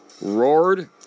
roared